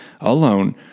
alone